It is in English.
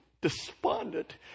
despondent